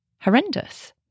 horrendous